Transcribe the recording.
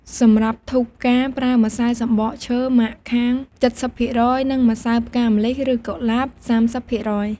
សម្រាប់ធូបផ្កាប្រើម្សៅសំបកឈើម៉ាក់ខាង ៧០% និងម្សៅផ្កាម្លិះ ឬ កុលាប ៣០%។